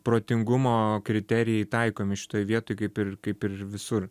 protingumo kriterijai taikomi šitoj vietoj kaip ir kaip ir visur